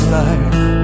life